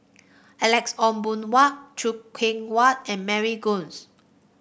Alex Ong Boon Hau Choo Keng Kwang and Mary Gomes